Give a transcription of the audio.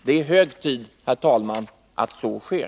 Det är hög tid, herr talman, att så sker.